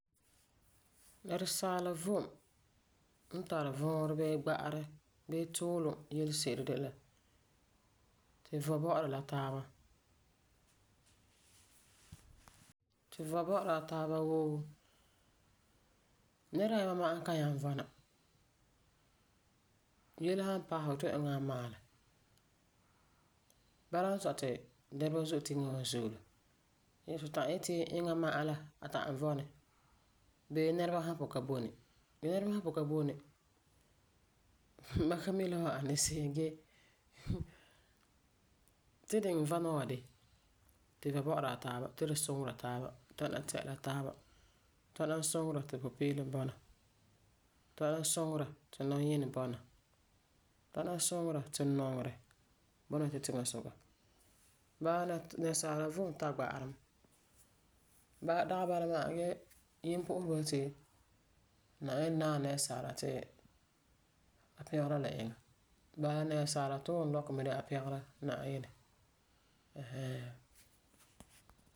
Nɛresaala vom n tari vuurɛ bii gba'are bee tuulum yelese'ere de la tu vɔi bɔ'ɔra la taaba. Tu vɔi bɔ'ɔra la taaba wuu, nɛra ayima ma'a kan nyaŋɛ vɔna. Yele san paɛ fu fu yeti fu iŋɛ la ŋwani maalɛ. Bala n sɔi ti nɛreba zo'e tiŋa wa zuola. Tu ta'am yeti eŋa ma'a la a ta'am vɔi ni bee nɛreba san pugum ka boi ni. Nɛreba san pugum ka boi ni mam ka mi la wan ani se'em ge tu diŋe vɔna wa de, tu vɔi bɔ'ɔra la taaba ti tu suŋera, tana tɛ'ɛla taaba, tana suŋera ti pupeelum bɔna, tana suŋera ti nɔyinɛ bɔna ,tana suŋera ti nɔŋerɛ bɔna la tu tiŋasuka. Bala la nɛresaala vom tari gba'arɛ mɛ. Dagi bala ma'a gee Yimpu'usereba yeti Na'ayinɛ naam nɛresaala ti a pɛgera la eŋa. Bala la nɛresaala tuulum lɔkɔ de la pɛgera Na'ayinɛ ɛɛn hɛɛn.